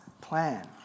plan